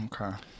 Okay